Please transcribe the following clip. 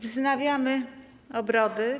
Wznawiam obrady.